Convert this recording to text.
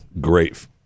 great